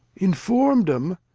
inform'd em!